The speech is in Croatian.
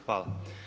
Hvala.